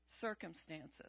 circumstances